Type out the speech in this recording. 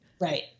Right